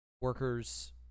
workers